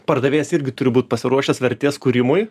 pardavėjas irgi turi būt pasiruošęs vertės kūrimui